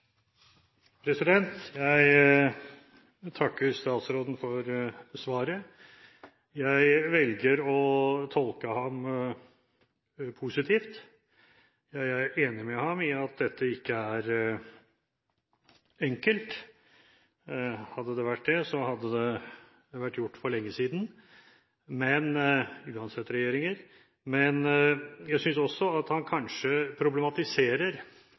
Jeg takker statsråden for svaret. Jeg velger å tolke ham positivt. Jeg er enig med ham i at dette ikke er enkelt. Hadde det vært det, hadde det vært gjort for lenge siden, uansett regjeringer. Men jeg synes også at han kanskje problematiserer